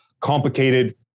complicated